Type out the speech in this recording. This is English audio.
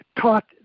taught